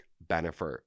benefit